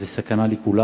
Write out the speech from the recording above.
זו סכנה לכולם.